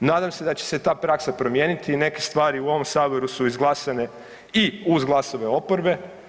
Nadam se da će se i ta praksa promijeniti i neke stvari u ovom saboru su izglasane i uz glasove oporbe.